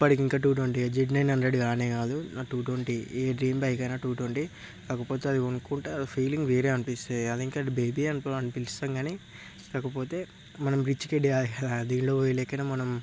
ఇప్పటికింకా two ట్వంటీయే GT nine hundred కనే కాదు two twenty a dream bike అయినా టూ ట్వంటీ కాకపోతే అది కొనుక్కుంటే ఆ ఫీలింగ్ వేరే అనిపిస్తది అది ఇంకా బేబీ అనుకొని అని పిలుస్తా గాని కాకపోతే మనం రిచ్ కిడ్ కాదు కదా లెక్కన మనం